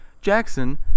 jackson